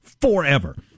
forever